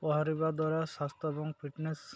ପହଁରିବା ଦ୍ୱାରା ସ୍ୱାସ୍ଥ୍ୟ ଏବଂ ଫିଟନେସ୍